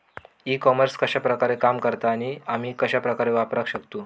E commerce कश्या प्रकारे काम करता आणि आमी कश्या प्रकारे वापराक शकतू?